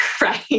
Right